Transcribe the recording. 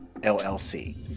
llc